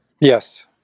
Yes